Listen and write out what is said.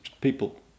people